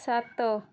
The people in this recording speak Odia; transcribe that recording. ସାତ